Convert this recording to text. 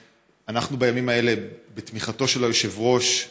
בימים האלה, בתמיכתו של היושב-ראש,